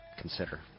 consider